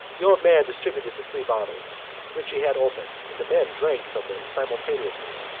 the old man distributed the three bottles which he had opened and the men drank from them simultaneously.